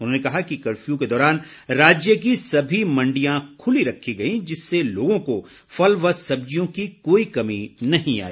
उन्होंने कहा कि कर्फ्यू के दौरान राज्य की सभी मंडियां खुली रखी गईं जिससे लोगों को फल व सब्जियों की कोई कमी नहीं आई